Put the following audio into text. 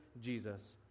Jesus